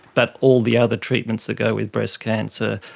but all the other treatments that go with breast cancer,